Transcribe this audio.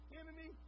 enemy